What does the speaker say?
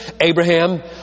Abraham